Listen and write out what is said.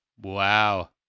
Wow